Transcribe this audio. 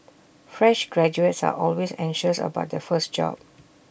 fresh graduates are always anxious about their first job